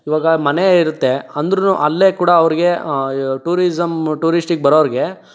ಇವಾಗ ಮನೆ ಇರುತ್ತೆ ಅಂದ್ರೂ ಅಲ್ಲೇ ಕೂಡ ಅವರಿಗೆ ಟೂರಿಸಮ್ ಟೂರಿಸ್ಟಿಗೆ ಬರೋರಿಗೆ